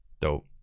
Dope